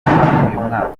mwaka